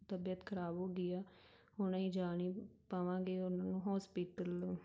ਤਬੀਅਤ ਖਰਾਬ ਹੋ ਗਈ ਆ ਹੁਣ ਅਸੀਂ ਜਾ ਨੀ ਪਾਵਾਂਗੇ ਉਹਨਾਂ ਨੂੰ ਹੋਸਪੀਟਲ